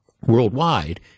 worldwide